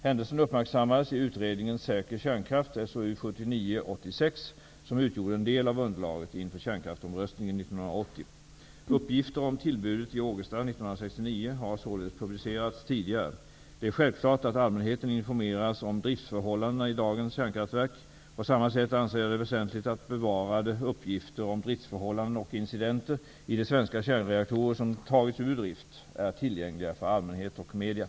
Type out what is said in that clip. Händelsen uppmärksammades i utredningen Säker kärnkraft som utgjorde en del av underlaget inför kärnkraftomröstningen 1980. Uppgifter om tillbudet i Ågesta 1969 har således publicerats tidigare. Det är självklart att allmänheten informeras om driftsförhållandena i dagens kärnkraftverk. På samma sätt anser jag det väsentligt att bevarade uppgifter om driftsförhållanden och incidenter i de svenska kärnkreaktorer som tagits ur drift är tillgängliga för allmänhet och medier.